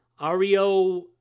Ario